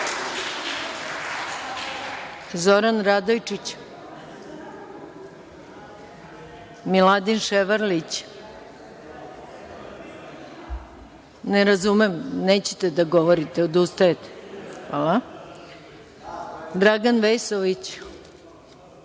Radojičić. Miladin Ševarlić. Ne razumem, nećete da govorite? Odustajete? Hvala. Dragan Vesović. Boško